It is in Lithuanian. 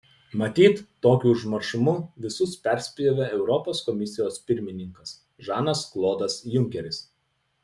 matyt tokiu užmaršumu visus perspjovė europos komisijos pirmininkas žanas klodas junkeris